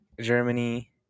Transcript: germany